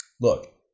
look